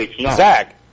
Zach